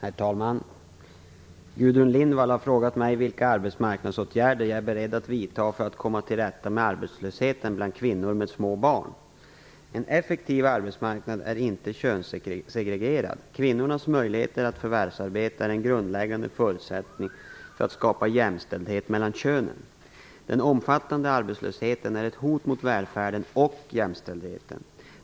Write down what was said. Herr talman! Gudrun Lindvall har frågat mig vilka arbetsmarknadsåtgärder jag är beredd att vidta för att komma till rätta med arbetslösheten bland kvinnor med små barn. En effektiv arbetsmarknad är inte könssegregerad. Kvinnornas möjligheter att förvärvsarbeta är en grundläggande förutsättning för att skapa jämställdhet mellan könen. Den omfattande arbetslösheten är ett hot mot välfärden och jämställdheten.